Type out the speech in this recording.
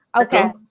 Okay